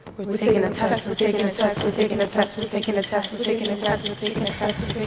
we're taking a test. we're taking a test. we're taking a test. we're sort of taking a test. we're taking a test. we're taking a test.